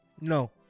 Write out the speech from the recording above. No